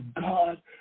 God